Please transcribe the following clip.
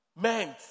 meant